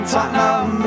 Tottenham